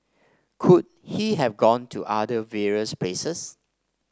could he have gone to other various places